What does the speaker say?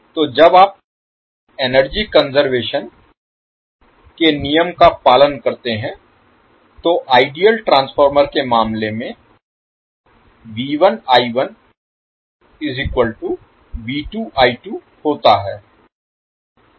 तो जब आप एनर्जी कंज़र्वेशन के नियम का पालन करते हैं तो आइडियल ट्रांसफार्मर के मामले में होता है